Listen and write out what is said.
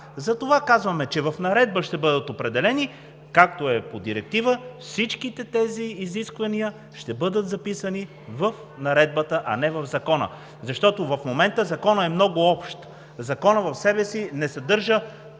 Затова казваме, че в наредба ще бъдат определени, както е по Директива. Всичките тези изисквания ще бъдат записани в наредбата, а не в Закона, защото в момента Законът е много общ. Законът не съдържа